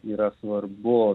yra svarbu